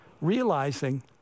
realizing